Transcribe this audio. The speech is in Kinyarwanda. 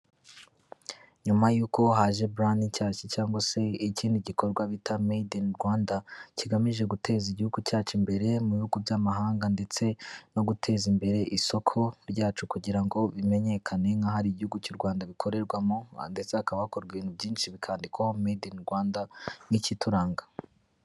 Nyuma y'uko haje burandi nshyashya cyangwa se ikindi gikorwa bita made in Rwanda, kigamije guteza igihugu cyacu imbere mu bihugu by'amahanga ndetse no guteza imbere isoko ryacu kugira ngo bimenyekane nk'aho ari igihugu cy'u Rwanda bikorerwamo ndetse hakaba hakora ibintu byinshi bikandikwaho made in Rwanda nk'ikituranga.